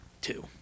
two